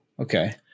Okay